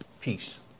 peace